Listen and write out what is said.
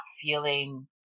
feeling